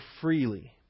freely